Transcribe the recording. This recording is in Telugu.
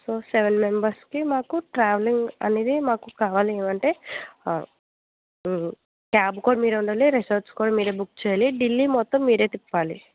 సో సెవెన్ మెంబర్స్కి మాకు ట్రావెలింగ్ అనేది మాకు కావాలి అంటే క్యాప్ కూడా మీరు ఉండాలి రిసార్ట్స్ కూడా మీరు బుక్ చేయాలి ఢిల్లీ మొత్తం మీరు తిప్పాలి